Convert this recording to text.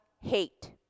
hate